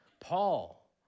Paul